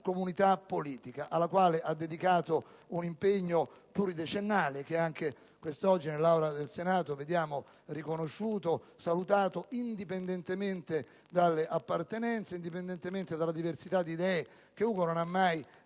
comunità politica, alla quale ha dedicato un impegno pluridecennale, che anche quest'oggi nell'Aula del Senato vediamo riconosciuto, salutato, indipendentemente dalle appartenenze, indipendentemente dalla diversità di idee che Ugo non ha mai negato,